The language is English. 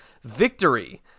Victory